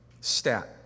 stat